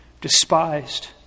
despised